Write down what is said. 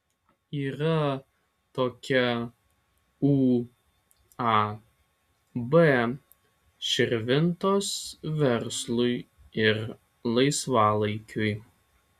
yra tokia uab širvintos verslui ir laisvalaikiui